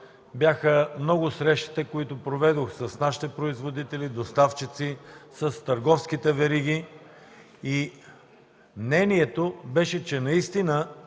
бяха срещите, които проведох с наши производители, с доставчици, с търговските вериги. Мнението беше, че наистина